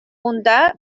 унта